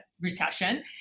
recession